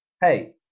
hey